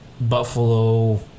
Buffalo